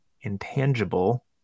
intangible